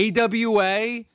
AWA-